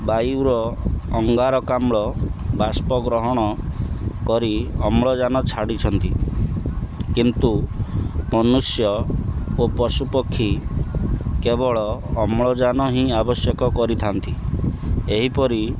ବାୟୁର ଅଙ୍ଗାରକାମ୍ଳ ବାଷ୍ପଗ୍ରହଣ କରି ଅମ୍ଳଜାନ ଛାଡ଼ିଛନ୍ତି କିନ୍ତୁ ମନୁଷ୍ୟ ଓ ପଶୁପକ୍ଷୀ କେବଳ ଅମ୍ଳଜାନ ହିଁ ଆବଶ୍ୟକ କରିଥାନ୍ତି ଏହିପରି